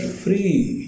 free